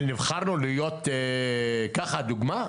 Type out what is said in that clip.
נבחרנו להיות סתם ככה דוגמא?